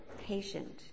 patient